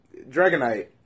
Dragonite